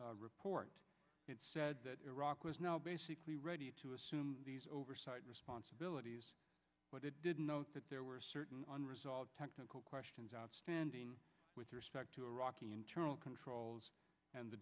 july report said that iraq was now basically ready to assume oversight responsibilities but it didn't know that there were certain unresolved technical questions outstanding with respect to iraq internal controls and the